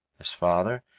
his father,